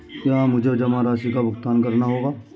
क्या मुझे जमा राशि का भुगतान करना होगा?